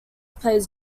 plays